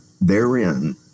therein